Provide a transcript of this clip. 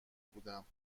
بودم